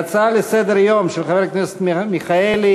ההצעה לסדר-היום של חבר הכנסת מיכאלי: